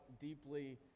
deeply